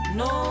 no